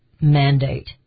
mandate